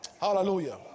Hallelujah